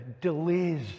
delays